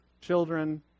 children